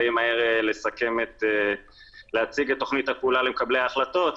די מהר להציג את תכנית הפעולה למקבלי החלטות,